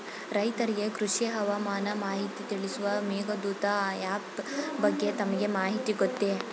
ರೈತರಿಗೆ ಕೃಷಿ ಹವಾಮಾನ ಮಾಹಿತಿ ತಿಳಿಸುವ ಮೇಘದೂತ ಆಪ್ ಬಗ್ಗೆ ತಮಗೆ ಮಾಹಿತಿ ಗೊತ್ತೇ?